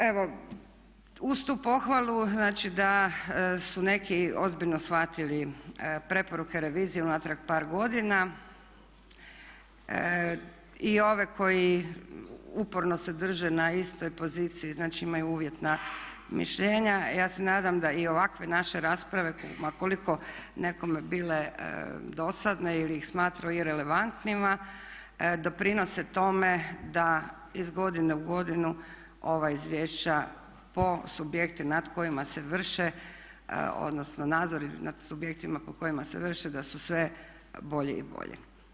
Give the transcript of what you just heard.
Evo, uz tu pohvalu znači da su neki ozbiljno shvatili preporuke revizije unatrag par godina i ove koji uporno se drže na istoj poziciji, znači imaju uvjetna mišljenja ja se nadam da i ovakve naše rasprave ma koliko nekome bile dosadne ili ih smatrao irelevantnima doprinose tome da iz godine u godinu ova izvješća subjekata nad kojima se vrše odnosno nadzori nad subjektima po kojima se vrše da su sve bolje i bolje.